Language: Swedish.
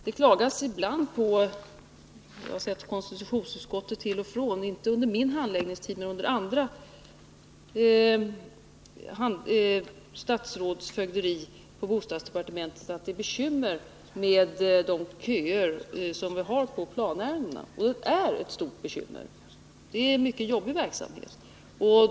Herr talman! Till vanlig kutym hör att man, innan man fattar beslut, avvaktar de remisser som man begärt in från verk, styrelser och andra. Remissvaren hade kommit in lagom till den aktuella tidpunkten, och då fattade vi detta beslut. Det råkade sammanfalla med att vi sedan hade ett val. Konstigare är det inte. Jag har sett i konstitutionsutskottets betänkanden till och från, inte under min handlingstid men under andra statsråds fögderi, att det ibland klagats på bostadsdepartementet och att det är bekymmer med de köer vi har på planärenden. Det är ett stort bekymmer! Det är en mycket jobbig verksamhet.